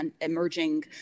emerging